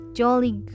jolly